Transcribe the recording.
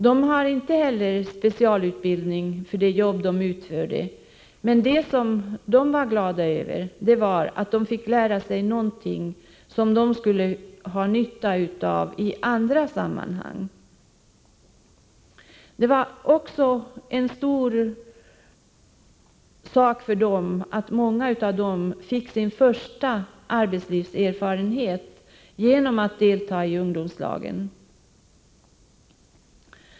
De ungdomarna hade inte heller specialutbildning för de jobb de utförde, men de var glada över att de fick lära sig någonting som de kunde ha nytta av i andra sammanhang. Det var också av stort värde för många av dem att de fick sin första arbetslivserfarenhet genom att delta i ungdomslaget.